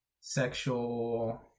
Sexual